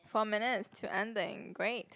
four minutes to ending great